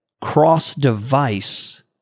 cross-device